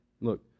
look